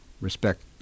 respect